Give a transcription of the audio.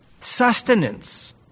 sustenance